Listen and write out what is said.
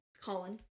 Colin